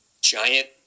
giant